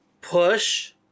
push